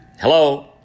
Hello